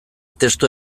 testu